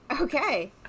Okay